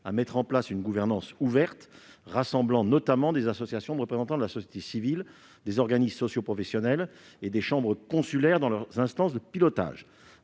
à mettre en place une gouvernance ouverte, rassemblant notamment des associations de représentants de la société civile, des organismes socioprofessionnels et des chambres consulaires dans leurs instances de pilotage.